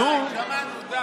די, די, שמענו.